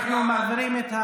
אנחנו מעבירים,